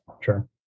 Sure